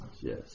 yes